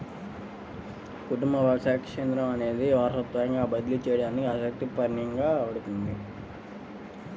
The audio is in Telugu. కుటుంబ వ్యవసాయ క్షేత్రం అనేది వారసత్వంగా బదిలీ చేయబడిన ఆస్తిగా పరిగణించబడుతుంది